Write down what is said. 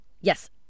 Yes